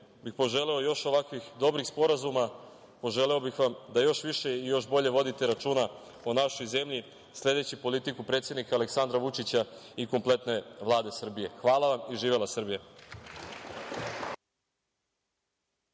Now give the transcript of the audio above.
bih poželeo još ovakvih dobrih sporazuma, poželeo bih vam da još više i još bolje vodite računa o našoj zemlji, sledeći politiku predsednika Aleksandra Vučića i kompletne Vlade Srbije. Hvala vam i živela Srbija.